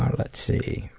um let's see.